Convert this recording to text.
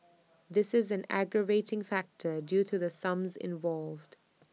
this is an aggravating factor due to the sums involved